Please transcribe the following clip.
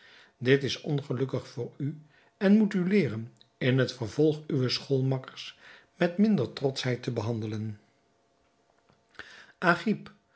dit is ongelukkig voor u en moet u leeren in het vervolg uwe schoolmakkers met minder trotschheid te behandelen agib